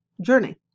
journey